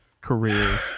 career